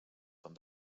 són